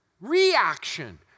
reaction